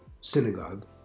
synagogue